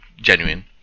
genuine